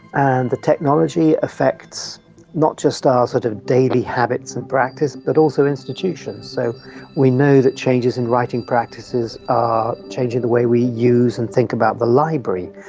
and the technology affects not just our ah sort of daily habits and practice but also institutions. so we know that changes in writing practices are changing the way we use and think about the library,